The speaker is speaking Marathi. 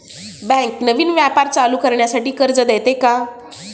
बँक नवीन व्यापार चालू करण्यासाठी कर्ज देते का?